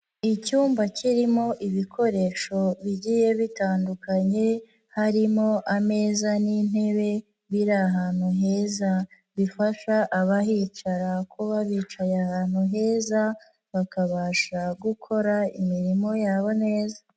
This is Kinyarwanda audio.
Icyumba kirimo ibikoresho bigiye bitandukanye, harimo ameza n'intebe biri ahantu heza, bifasha abahicara kuba bicaye ahantu heza, bakabasha gukora imirimo yabo neza.